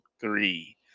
three